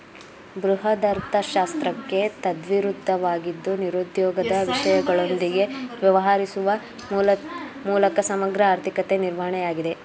ಬೃಹದರ್ಥಶಾಸ್ತ್ರಕ್ಕೆ ತದ್ವಿರುದ್ಧವಾಗಿದ್ದು ನಿರುದ್ಯೋಗದ ವಿಷಯಗಳೊಂದಿಗೆ ವ್ಯವಹರಿಸುವ ಮೂಲಕ ಸಮಗ್ರ ಆರ್ಥಿಕತೆ ನಿರ್ವಹಣೆಯಾಗಿದೆ